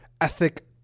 ethic